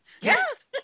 Yes